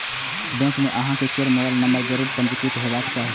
bank मे अहां केर मोबाइल नंबर जरूर पंजीकृत हेबाक चाही